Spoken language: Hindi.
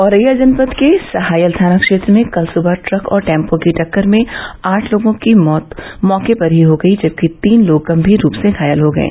औरैया जनपद के सहायल थाना क्षेत्र में कल सुबह ट्रक और टेम्पों की टक्कर में आठ लोगों की मौके पर ही मौत हो गयी जबकि तीन लोग गम्भीर रूप से घायल हो गये